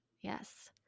Yes